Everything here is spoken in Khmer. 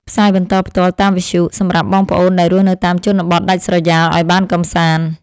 ផ្សាយបន្តផ្ទាល់តាមវិទ្យុសម្រាប់បងប្អូនដែលរស់នៅតាមជនបទដាច់ស្រយាលឱ្យបានកម្សាន្ត។